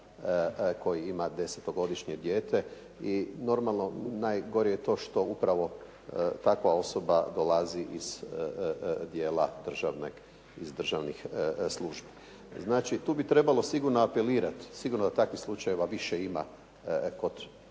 koji ima 10-to godišnje dijete. Normalno, najgore je to što upravo takva osoba dolazi iz dijela državnih službi. Znači tu bi trebalo sigurno apelirati, sigurno da takvih slučajeva više ima kod